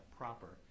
proper